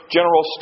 General